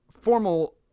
formal